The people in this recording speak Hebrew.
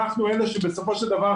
אנחנו אלה שבסופו של דבר,